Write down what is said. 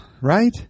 Right